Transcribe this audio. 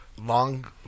long